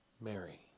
Mary